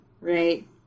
right